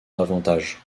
avantage